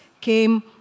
came